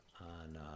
on